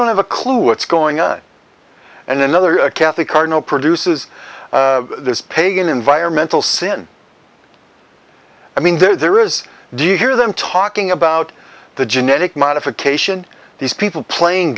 don't have a clue what's going on and another catholic cardinal produces this pagan environmental sin i mean there is do you hear them talking about the genetic modification these people playing